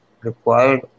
required